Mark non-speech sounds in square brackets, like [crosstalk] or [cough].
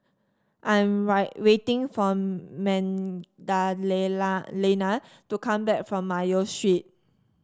I'm [unintelligible] waiting for [unintelligible] to come back from Mayo Street